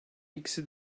ikisi